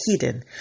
hidden